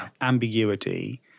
Ambiguity